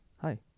Hi